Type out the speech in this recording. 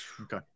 Okay